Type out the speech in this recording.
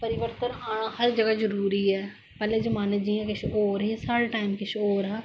परिवर्तन आना हर जगह जरुरी ऐ पैहले जमाने च जियां किश होर ऐ साढ़ा टाइम किश होर ऐ